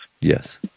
Yes